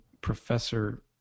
professor